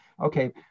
Okay